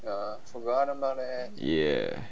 ya